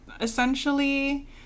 essentially